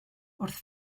wrth